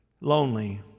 lonely